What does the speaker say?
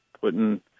putting